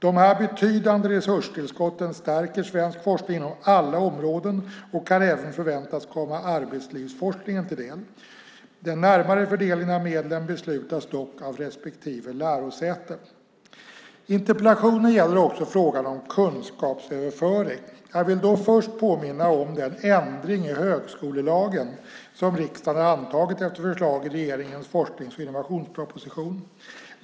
Dessa betydande resurstillskott stärker svensk forskning inom alla områden och kan även förväntas komma arbetslivsforskningen till del. Den närmare fördelningen av medlen beslutas dock av respektive lärosäte. Interpellationen gäller också frågan om kunskapsöverföring. Jag vill då för det första påminna om den ändring i högskolelagen som riksdagen har antagit efter förslag i regeringens forsknings och innovationsproposition.